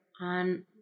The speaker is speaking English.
on